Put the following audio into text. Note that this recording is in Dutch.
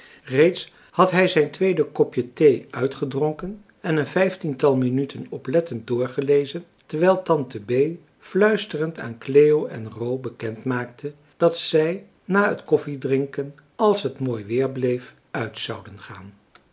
reeds had hij zijn tweede kopje thee uitgedronken en een vijftiental minuten oplettend doorgelezen terwijl tante bee fluisterend aan cleo en ro bekendmaakte dat zij na het koffiedrinken als het mooi weer bleef uit zouden gaan